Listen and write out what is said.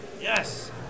Yes